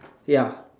ya